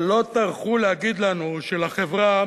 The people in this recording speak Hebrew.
אבל לא טרחו להגיד לנו שלחברה